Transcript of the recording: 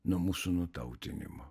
nuo mūsų nutautinimo